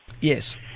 Yes